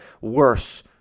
worse